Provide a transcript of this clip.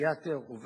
שלהם.